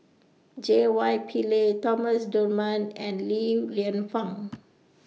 J Y Pillay Thomas Dunman and Li Lienfung